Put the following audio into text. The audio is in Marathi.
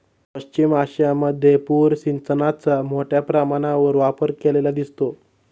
पश्चिम आशियामध्ये पूर सिंचनाचा मोठ्या प्रमाणावर वापर केलेला दिसतो